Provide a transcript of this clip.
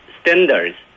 standards